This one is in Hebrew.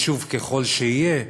חשוב ככל שיהיה,